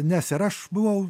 nes ir aš buvau